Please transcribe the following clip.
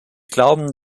glauben